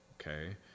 okay